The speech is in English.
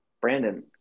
Brandon